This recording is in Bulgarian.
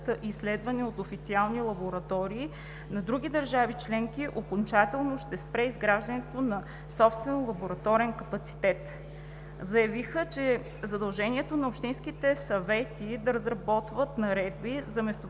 изследвани в официални лаборатории на други държави членки, окончателно ще спре изграждането на собствен лабораторен капацитет. Заявиха, че задължението общинските съвети да разработват наредби за местоположението